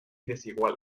desigual